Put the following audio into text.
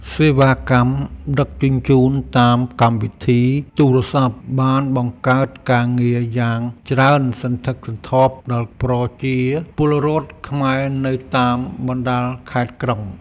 សេវាកម្មដឹកជញ្ជូនតាមកម្មវិធីទូរស័ព្ទបានបង្កើតការងារយ៉ាងច្រើនសន្ធឹកសន្ធាប់ដល់ប្រជាពលរដ្ឋខ្មែរនៅតាមបណ្ដាខេត្តក្រុង។